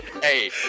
Hey